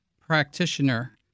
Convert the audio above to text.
practitioner